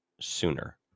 sooner